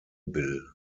bill